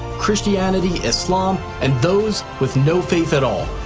christianity, islam, and those with no faith at all.